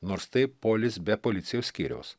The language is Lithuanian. nors tai polis be policijos skyriaus